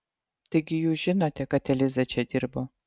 taigi jūs žinote kad eliza čia dirbo